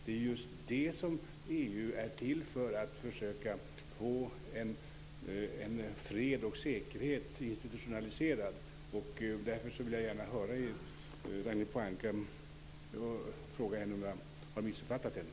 EU är ju till just för att försöka få detta med fred och säkerhet institutionaliserat. Därför vill jag gärna fråga Ragnhild Pohanka om jag har missuppfattat henne.